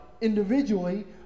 individually